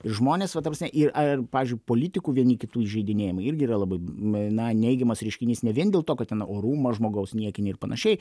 žmonės va ta prasme ir ar pavyzdžiui politikų vieni kitų įžeidinėjimai irgi yra labai m na neigiamas reiškinys ne vien dėl to kad ten orumą žmogaus niekini ir panašiai